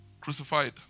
Crucified